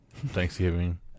Thanksgiving